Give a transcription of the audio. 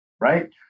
Right